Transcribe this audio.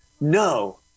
no